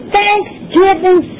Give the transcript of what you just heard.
thanksgiving